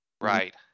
right